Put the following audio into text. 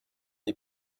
die